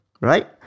Right